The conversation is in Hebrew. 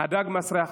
הדג מסריח מהראש: